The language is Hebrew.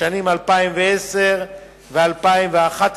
לשנים 2010 ו-2011,